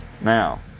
now